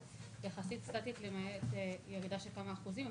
יחסית סטטית למעט ירידה של כמה אחוזים,